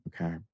okay